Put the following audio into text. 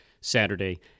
Saturday